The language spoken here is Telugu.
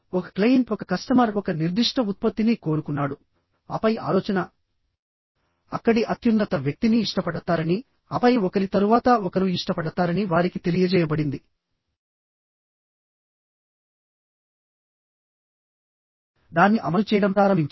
ఒక క్లయింట్ ఒక కస్టమర్ ఒక నిర్దిష్ట ఉత్పత్తిని కోరుకున్నాడు ఆపై ఆలోచన అక్కడి అత్యున్నత వ్యక్తిని ఇష్టపడతారని ఆపై ఒకరి తరువాత ఒకరు ఇష్టపడతారని వారికి తెలియజేయబడింది దాన్ని అమలు చేయడం ప్రారంభించారు